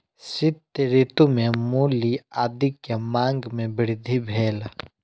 शीत ऋतू में मूली आदी के मांग में वृद्धि भेल